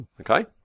okay